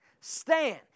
Stand